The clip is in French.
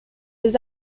les